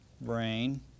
brain